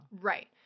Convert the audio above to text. right